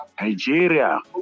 Nigeria